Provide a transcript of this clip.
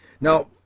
Now